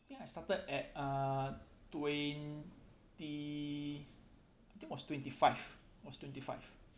ya I started at uh twenty I think was twenty five was twenty five